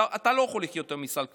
אתה לא יכול לחיות היום מסל הקליטה,